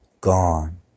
gone